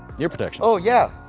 ear protection? oh yeah.